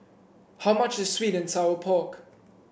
how much is sweet and Sour Pork